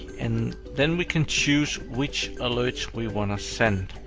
and then we can choose which alerts we wanna send.